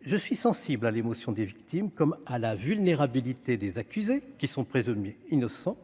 je suis sensible à l'émotion des victimes comme à la vulnérabilité des accusés, qui sont présumés innocents,